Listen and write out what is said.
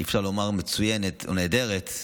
אי-אפשר לומר מצוינת או נהדרת,